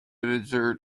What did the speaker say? desert